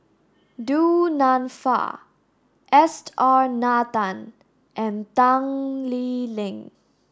Du Nanfa S R Nathan and Tan Lee Leng